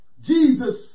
Jesus